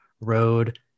road